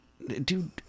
dude